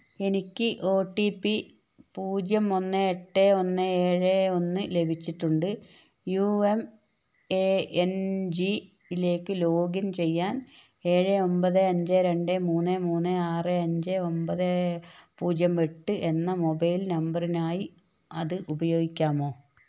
എനിക്ക് O T P പൂജ്യം ഒന്ന് എട്ട് ഒന്ന് ഏഴ് ഒന്ന് ലഭിച്ചിട്ടുണ്ട് യു എം എ എൻ ജിലേക്ക് ലോഗിൻ ചെയ്യാൻ ഏഴ് ഒൻപത് അഞ്ച് രെണ്ട് മൂന്ന് മൂന്ന് ആറ് അഞ്ച് ഒൻപത് പൂജ്യം എട്ട് എന്ന മൊബൈൽ നമ്പറിനായി അത് ഉപയോഗിക്കാമോ